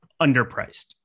underpriced